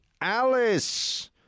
Alice